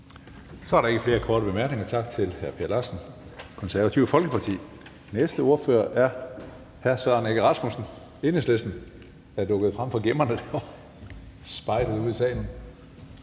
Så er der ikke flere korte bemærkninger. Tak til hr. Per Larsen, Det Konservative Folkeparti. Den næste ordfører er hr. Søren Egge Rasmussen, Enhedslisten, der er dukket frem fra gemmerne, når man spejder ud i salen.